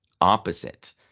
opposite